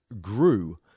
grew